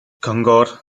cyngor